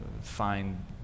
find